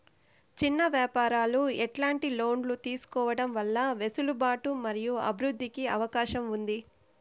చిన్న వ్యాపారాలు ఎట్లాంటి లోన్లు తీసుకోవడం వల్ల వెసులుబాటు మరియు అభివృద్ధి కి అవకాశం ఉంది?